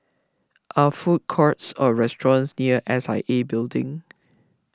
are food courts or restaurants near S I A Building